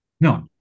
No